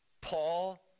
Paul